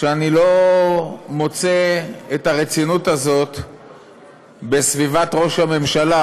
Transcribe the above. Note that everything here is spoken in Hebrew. שאני לא מוצא את הרצינות הזאת בסביבת ראש הממשלה,